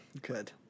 good